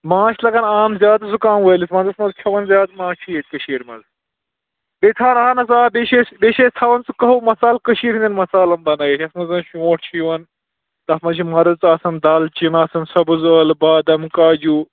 ماچھ لَگان عام زیادٕ زُکام وٲلِس وَندَس منٛز کھٮ۪وان زیادٕ ماچھی ییٚتہِ کٔشیٖرِ منٛز بیٚیہِ تھاوان اہن حظ آ بیٚیہِ چھِ أسۍ بیٚیہِ چھِ أسۍ تھاوان سُہ کَہوٕ مَصالہٕ کٔشیٖرِ ہِنٛدٮ۪ن مَصالَن بَنٲوِتھ یَتھ منٛز شونٛٹھ چھِ یِوان تَتھ منٛز چھِ مَرٕژ آسان دالچیٖن آسان سَبٕزعٲلہٕ بادام کاجوٗ